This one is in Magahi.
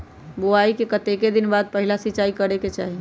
बोआई के कतेक दिन बाद पहिला सिंचाई करे के चाही?